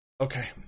Okay